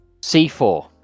C4